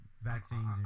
vaccines